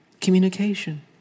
communication